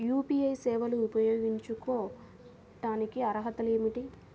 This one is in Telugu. యూ.పీ.ఐ సేవలు ఉపయోగించుకోటానికి అర్హతలు ఏమిటీ?